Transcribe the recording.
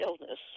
illness